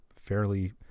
fairly